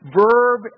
verb